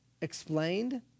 explained